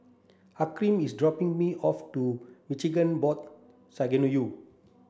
Hakim is dropping me off to Maghain Aboth Synagogue